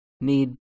need